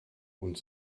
und